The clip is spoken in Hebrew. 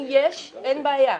אם יש אין בעיה.